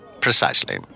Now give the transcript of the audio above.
precisely